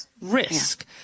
risk